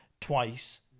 twice